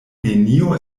nenio